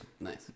Nice